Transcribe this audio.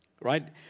Right